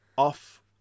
off